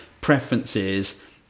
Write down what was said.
preferences